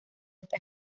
esta